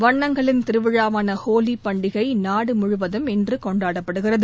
வண்ணங்களின் திருவிழாவான ஹோலி பண்டிகை நாடு முழுவதும் இன்று கொண்டாடப்படுகிறது